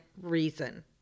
reason